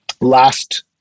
last